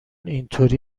اینطوری